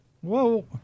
Whoa